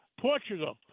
Portugal